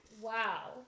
Wow